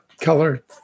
color